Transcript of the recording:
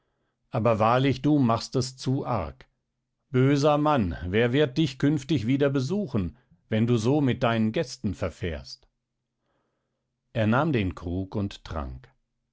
aber wahrlich du machst es zu arg böser mann wer wird dich künftig wieder besuchen wenn du so mit deinen gästen verfährst er nahm den krug und trank